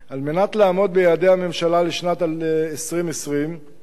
על מנת לעמוד ביעדי הממשלה לשנת 2020 יש,